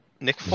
Nick